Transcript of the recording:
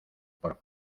por